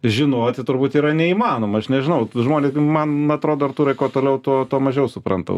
žinoti turbūt yra neįmanoma aš nežinau žmonės man atrodo artūrai kuo toliau tuo mažiau supranta